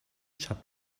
shut